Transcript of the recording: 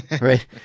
Right